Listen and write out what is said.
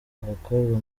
abakobwa